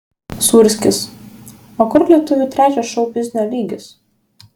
sūrskis o kur lietuvių trečias šou biznio lygis